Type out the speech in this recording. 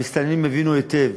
המסתננים הבינו היטב,